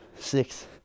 six